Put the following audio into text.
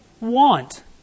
want